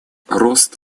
рост